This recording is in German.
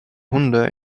hunde